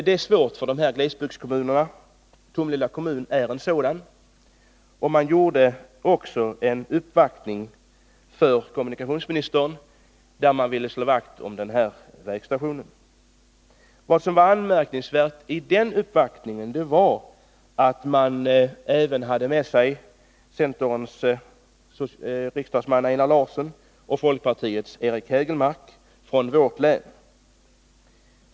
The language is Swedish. Det är svårt för glesbygdskommunerna — Tomelilla kommun är en sådan — och man gjorde också en uppvaktning hos kommunikationsministern och ville slå vakt om den här vägstationen. Anmärkningsvärt var att man hade med sig centerns riksdagsman Einar Larsson och folkpartiets Eric Hägelmark från vårt län.